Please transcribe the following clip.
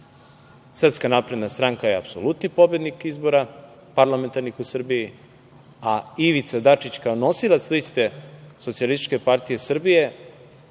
Srpska napredna stranaka je apsolutni pobednik izbora parlamentarnih u Srbiji, a Ivica Dačić kao nosilac liste SPS predstavlja političku opciju